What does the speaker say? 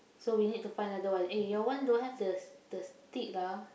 so we need to find another one eh your one don't have the the stick lah